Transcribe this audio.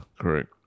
Correct